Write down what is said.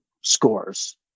scores